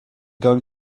going